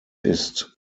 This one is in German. ist